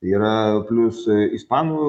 tai yra plius ispanų